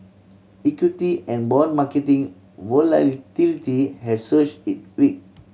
equity and bond marketing has surge it week